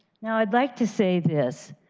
now i would like to say this,